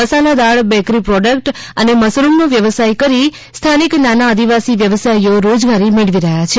મસાલા દાળ bakery product Vanshree અને મશરૂમનો વ્યવસાય કરી સ્થાનિક નાના આદિવાસી વ્યવસાયીઓ રોજગારી મેળવી રહ્યાં છે